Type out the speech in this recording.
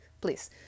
please